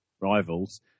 rivals